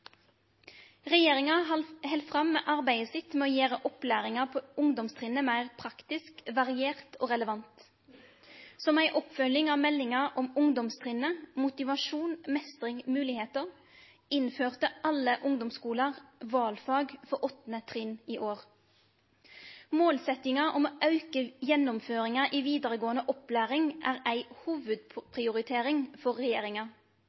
Regjeringa held fram arbeidet sitt med å gjere opplæringa på ungdomstrinnet meir praktisk, variert og relevant. Som ei oppfølging av meldinga om ungdomstrinnet, Motivasjon – mestring – muligheter, innførte alle ungdomsskolar valfag for 8. trinn i år. Målsetjinga om å auke gjennomføringa i vidaregåande opplæring er ei hovudprioritering for regjeringa.